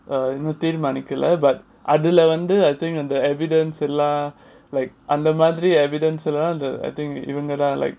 err இன்னும் தீர்மானிக்கல:innum theermanikala but அதுல வந்து:adhula vandhu I think uh the evidence எல்லாம்:ellam like அந்த மாதிரி:andha madhiri evidence எல்லாம்:ellam the I think இவங்க தான்:ivangathan like